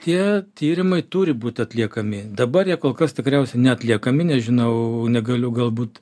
tie tyrimai turi būt atliekami dabar jie kol kas tikriausiai neatliekami nežinau negaliu galbūt